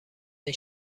این